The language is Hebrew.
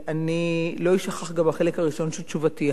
לא יישכח גם החלק הראשון של תשובתי,